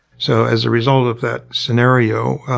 so, as a result of that scenario,